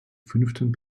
fünften